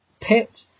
pit